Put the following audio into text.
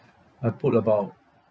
I put about